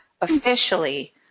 officially